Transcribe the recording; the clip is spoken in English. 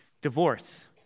divorce